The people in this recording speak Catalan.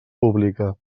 pública